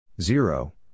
Zero